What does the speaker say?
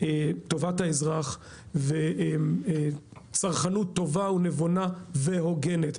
טובת האזרח וצרכנות טובה ונבונה והוגנת,